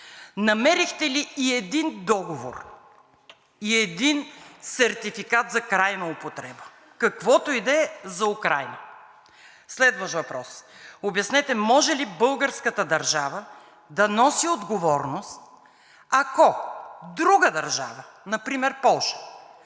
намерихте ли и един договор и един сертификат за крайна употреба, каквото и да е за Украйна? Следващ въпрос: обяснете може ли българската държава да носи отговорност, ако друга държава, например Полша,